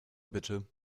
bitte